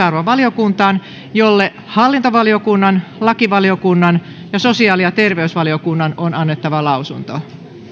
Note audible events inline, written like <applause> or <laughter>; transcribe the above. <unintelligible> arvovaliokuntaan jolle hallintovaliokunnan lakivaliokunnan ja sosiaali ja terveysvaliokunnan on annettava lausunto